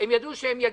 הם ידעו שהם יגידו,